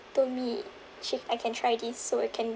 told me she I can try this so I can